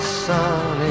sun